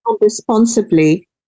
Responsibly